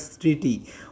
Treaty